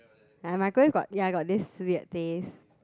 ya my Korean got ya got this weird taste